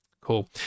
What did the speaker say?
Cool